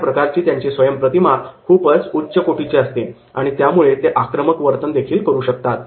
अशा प्रकारची त्यांची स्वयम् प्रतिमा खूपच उच्च कोटीची असते आणि त्यामुळे ते आक्रमक वर्तन करू शकतात